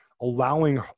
allowing